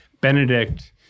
benedict